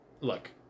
look